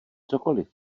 cokoliv